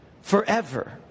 forever